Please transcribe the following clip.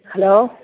hello